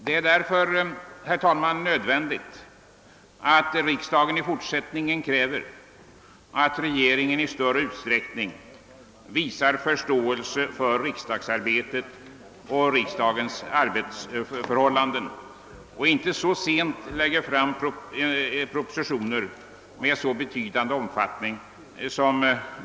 Det är därför, herr talman, nödvändigt att riksdagen i fortsättningen kräver att regeringen i större utsträckning visar förståelse för riksdagsarbetet och riksdagens arbetsförhållanden och inte så sent som skett beträffande detta ärende lägger fram propositioner av betydande omfattning.